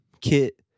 kit